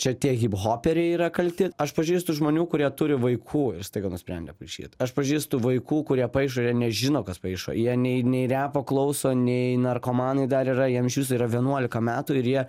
čia tie hiphoperiai yra kalti aš pažįstu žmonių kurie turi vaikų ir staiga nusprendė paišyt aš pažįstu vaikų kurie paišo ir jie nežino kas paišo jie nei nei repo klauso nei narkomanai dar yra jiem iš viso yra vienuolika metų ir jie